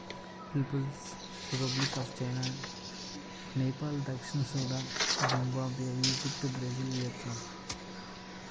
peoples republic of China, Nepal దక్షిణ Sudan, Zimbabwe, Egypt, Brazil, Vietnam